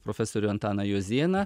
profesorių antaną jozėną